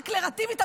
דקלרטיבית,